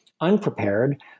unprepared